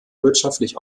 wirtschaftlich